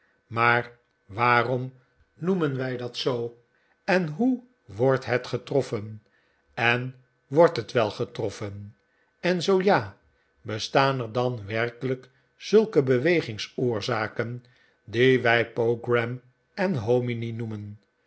maar waarom noemen wij dat zoo en hoe wordt het getroffen en wordt het wel getroffen en zoo ja bestaan er dan werkelijk zulke hewegingsdorzaken die wij pogram en hominy noemen